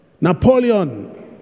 Napoleon